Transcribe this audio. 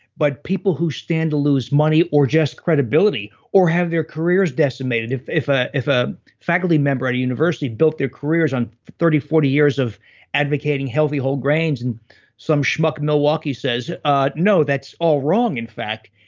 but people who stand to lose money or just credibility, or have their careers decimated, if if ah a faculty member at a university built their careers on thirty, forty years of advocating healthy whole grains and some schmuck milwaukee says, ah no, that's all wrong in fact,